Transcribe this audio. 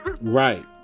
Right